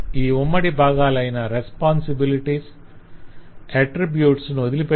ఈ ఉమ్మడి బాగాలైన రెస్పొంసిబిలిటీస్ అట్రిబ్యూట్స్ ను వదిలిపెట్టి